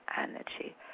energy